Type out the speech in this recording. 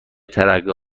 ترقه